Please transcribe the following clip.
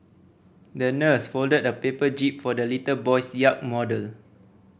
the nurse folded a paper jib for the little boy's yacht model